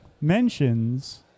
Mentions